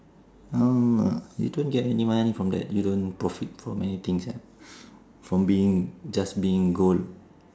mm you don't get anyone from that you don't profit from anything sia from being just being good